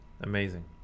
amazing